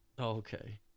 Okay